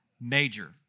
major